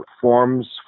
forms